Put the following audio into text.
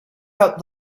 out